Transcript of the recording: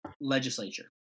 Legislature